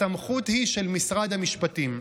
הסמכות היא של משרד המשפטים,